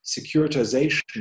securitization